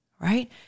Right